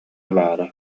баара